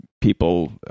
people